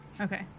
Okay